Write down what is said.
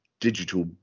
digital